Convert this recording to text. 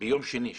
ביום שני שעבר: